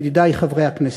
ידידי חברי הכנסת,